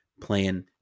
playing